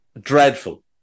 dreadful